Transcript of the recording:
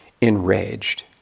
enraged